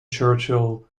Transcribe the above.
churchill